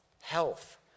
health